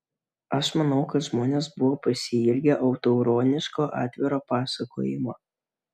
aš manau kad žmonės buvo pasiilgę autoironiško atviro pasakojimo